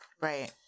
Right